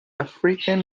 african